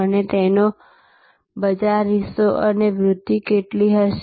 અને તેનો બજાર હિસ્સો અને તેમાં વૃધ્ધિ કેટલી હશે